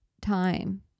time